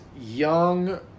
young